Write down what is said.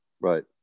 right